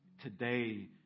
today